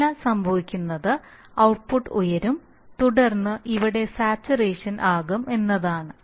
അതിനാൽ സംഭവിക്കുന്നത് ഔട്ട്പുട്ട് ഉയരും തുടർന്ന് ഇവിടെ സാച്ചുറേഷൻ ആകും എന്നതാണ്